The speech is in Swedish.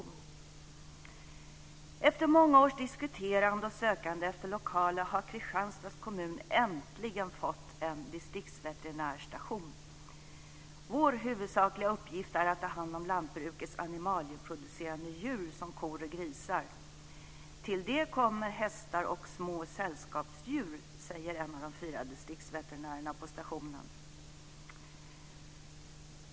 Man skriver: Efter många års diskuterande och sökande efter lokaler har Kristianstads kommun äntligen fått en distriktsveterinärstation. Vår huvudsakliga uppgift är att ta hand om lantbrukets animalieproducerande djur som kor och grisar. Till det kommer hästar och små sällskapsdjur, säger en av de fyra distriktsveterinärerna på stationen.